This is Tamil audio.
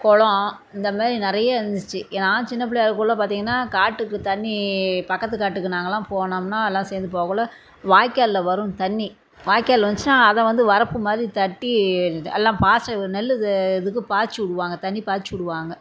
குளம் இந்த மாரி நிறைய இருந்துச்சு நான் சின்ன பிள்ளையா இருக்கக்குள்ள பார்த்தீங்கன்னா காட்டுக்கு தண்ணி பக்கத்து காட்டுக்கு நாங்கள்லாம் போனோம்னா எல்லாம் சேர்ந்து போகக்குள்ள வாய்க்காலில் வரும் தண்ணி வாய்க்காலில் வந்துச்சின்னா அதை வந்து வரப்பு மாதிரி தட்டி எல்லாம் பாய்ச்சி நெல்லு இது இதுக்கு பாய்ச்சி விடுவாங்க தண்ணி பாய்ச்சி விடுவாங்க